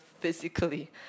physically